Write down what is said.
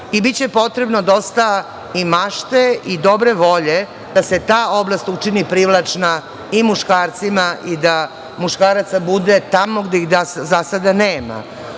i biće potrebno i dosta mašte i dobre volje da se ta oblast učini privlačnom i muškarcima i da muškaraca bude tamo gde ih za sada nema,